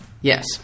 Yes